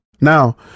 Now